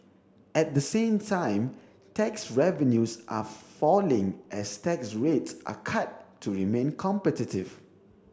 at the same time tax revenues are falling as tax rates are cut to remain competitive